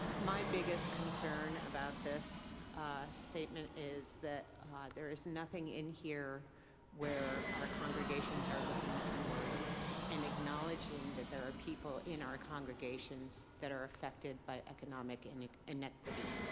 my biggest concern about this statement is that there is nothing in here where our congregations are looking inward and acknowledging that there are people in our congregations that are affected by economic and inequity